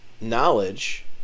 knowledge